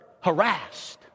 harassed